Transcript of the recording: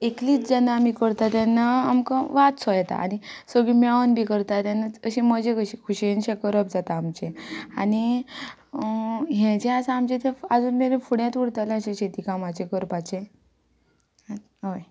एकलीच जेन्ना आमी करता तेन्ना आमकां वाज सो येता आनी सगळीं मेळोन बी करता तेन्नाच अशी मजा कशी खुशयेनशें करप जाता आमचें आनी हें जें आसा आमचें तें आजून मेरेन फुडेंत उरतलें अशें शेती कामाचें करपाचें आं हय